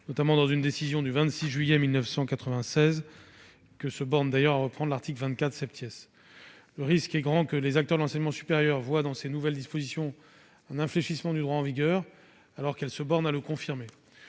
notamment dans une décision du 26 juillet 1996 que se borne à reprendre l'article 24 . Le risque est grand que les acteurs de l'enseignement supérieur ne voient dans ces nouvelles dispositions un infléchissement du droit en vigueur, alors qu'elles se bornent à le confirmer.